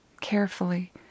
Carefully